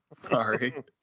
Sorry